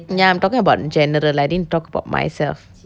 ya I'm talking about general I didn't talk about myself